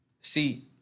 See